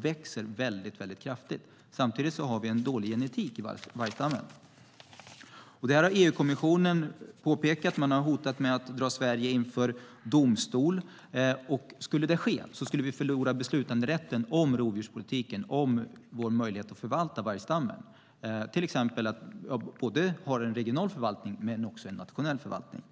växer kraftigt. Samtidigt har vi en dålig genetik i vargstammen. Detta har EU-kommissionen påpekat. Man har hotat med att dra Sverige inför domstol. Skulle det ske skulle vi förlora beslutanderätten över rovdjurspolitiken och över vår möjlighet att förvalta vargstammen. Det gäller till exempel att både ha en regional och en nationell förvaltning.